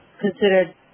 considered